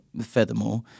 Furthermore